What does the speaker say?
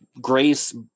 Grace